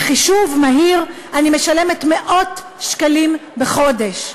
בחישוב מהיר, אני משלמת מאות שקלים בחודש".